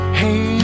hey